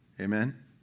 Amen